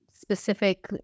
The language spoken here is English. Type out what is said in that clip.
specific